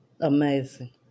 amazing